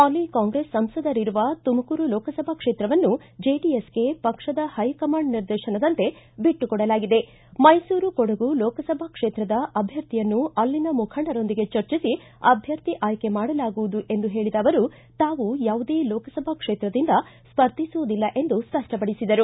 ಪಾಲಿ ಕಾಂಗ್ರೆಸ್ ಸಂಸದರಿರುವ ತುಮಕೂರು ಲೋಕಸಭಾ ಕ್ಷೇತವನ್ನು ಜೆಡಿಎಸ್ಗೆ ಪಕ್ಷದ ಹೈ ಕಮಾಂಡ್ ನಿರ್ದೇಶನದಂತೆ ಬಿಟ್ನು ಕೊಡಲಾಗಿದೆ ಮೈಸೂರು ಕೊಡಗು ಲೋಕಸಭಾ ಕ್ಷೇತದ ಅಭ್ಯರ್ಥಿಯನ್ನು ಅಲ್ಲಿನ ಮುಖಂಡರೊಂದಿಗೆ ಚರ್ಚಿಸಿ ಅಭ್ಯರ್ಥಿ ಆಯ್ಕೆ ಮಾಡಲಾಗುವುದು ಎಂದ ಹೇಳಿದ ಅವರು ತಾವು ಯಾವುದೇ ಲೋಕಸಭಾ ಕ್ಷೇತ್ರದಿಂದ ಸ್ಪರ್ಧಿಸುವುದಿಲ್ಲ ಎಂದು ಸ್ಪಷ್ಟಪಡಿಸಿದರು